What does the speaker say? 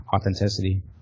authenticity